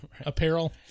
apparel